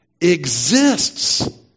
exists